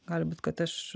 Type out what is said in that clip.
gali būt kad aš